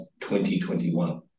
2021